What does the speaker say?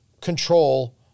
control